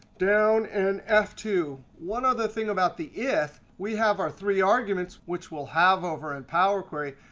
down and f two. one other thing about the if, we have our three arguments which we'll have over in power query.